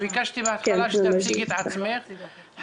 ביקשתי בהתחלה שתציגי את עצמך,